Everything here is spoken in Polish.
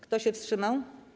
Kto się wstrzymał?